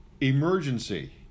emergency